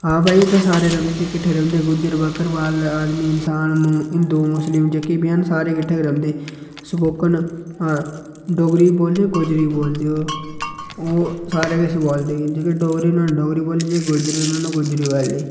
हां भाई इत्थै सारे रौंह्दे किट्ठे रौंह्दे गुज्जर बक्करबाल आदमी इन्सान हिंदू मुस्लम जेह्के बी हैन सारे किट्ठे गै रौंह्दे स्पोकन डोगरी बी बोलदे गोजरी बी बोलदे ओह् ओह् सारा किश बोलदे जेह्के डोगरे न ओह् डोगरी बोल्ली जेह्के गुज्जर न ओह् गोजरी बोल्ली